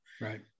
Right